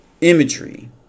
imagery